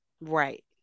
Right